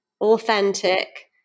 authentic